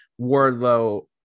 Wardlow